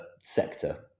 sector